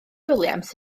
williams